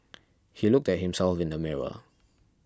he looked at himself in the mirror